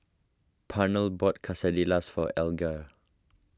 Pernell bought Quesadillas for Alger